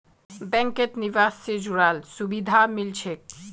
बैंकत निवेश से जुराल सुभिधा मिल छेक